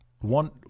One